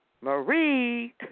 Marie